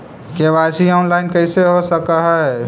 KYC online कैसे हो सक है?